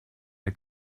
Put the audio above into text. der